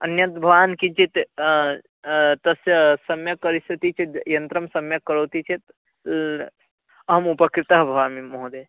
अन्यद् भवान् किञ्चिद् तस्य सम्यक् करिष्यत चेद् यन्त्रं सम्यक् करोति चेत् अहम् उपकृतः भवामि महोदयः